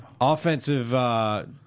Offensive